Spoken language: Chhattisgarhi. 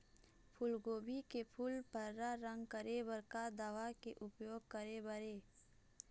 फूलगोभी के फूल पर्रा रंग करे बर का दवा के उपयोग करे बर ये?